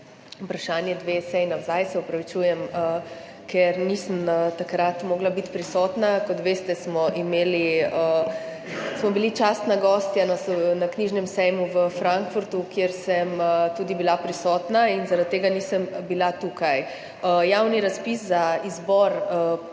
vprašanje že dve seji nazaj, se opravičujem, ker nisem takrat mogla biti prisotna. Kot veste, sem bila častna gostja na knjižnem sejmu v Frankfurtu, kjer sem tudi bila prisotna, in zaradi tega nisem bila tukaj. Javni razpis za izbor